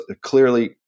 clearly